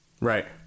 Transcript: Right